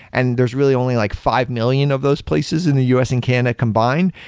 and there's really only like five million of those places in the u s. and canada combined.